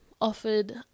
offered